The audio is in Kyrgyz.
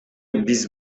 биз